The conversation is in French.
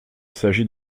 s’agit